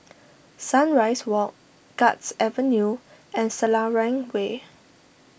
Sunrise Walk Guards Avenue and Selarang Way